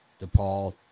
DePaul